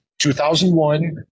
2001